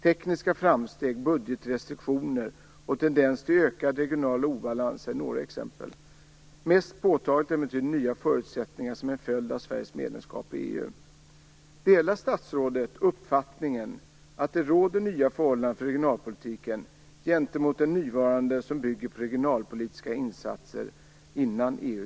Tekniska framsteg, budgetrestriktioner och tendens till ökad regional obalans är några exempel. Mest påtagligt är emellertid nya förutsättningar som en följd av Sveriges medlemskap i EU. Delar statsrådet uppfattningen att det råder nya förhållanden för regionalpolitiken gentemot den nuvarande som bygger på regionalpolitiska insatser innan EU